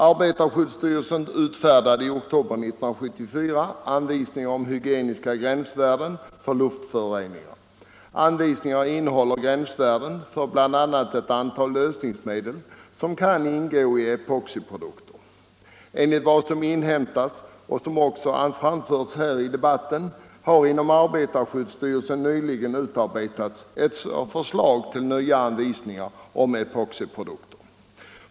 Arbetarskyddsstyrelsen utfärdade i oktober 1974 anvisningar om hygieniska gränsvärden för luftföroreningar. Anvisningarna innehåller gränsvärden för bl.a. ett antal lösningsmedel som kan ingå i epoxiprodukter. Enligt vad som inhämtats har — som också framförts här i debatten - inom arbetarskyddsstyrelsen nyligen utarbetats ett förslag till nya anvisningar om epoxiprodukter.